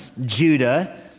Judah